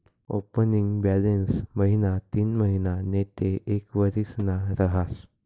opening balance महिना तीनमहिना नैते एक वरीसना रहास